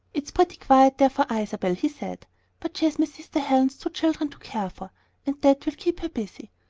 it's pretty quiet there for isabel, he said but she has my sister helen's two children to care for, and that will keep her busy.